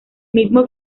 mismo